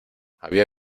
había